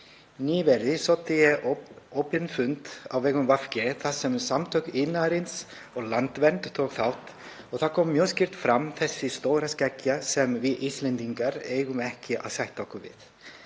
Nýverið sótti ég opinn fund á vegum VG þar sem Samtök iðnaðarins og Landvernd tóku þátt. Þar kom mjög skýrt fram þessi stóra skekkja sem við Íslendingar eigum ekki að sætta okkur við.